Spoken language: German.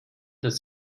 dass